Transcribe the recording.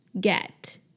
get